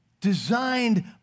designed